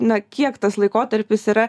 na kiek tas laikotarpis yra